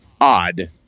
Odd